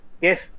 Yes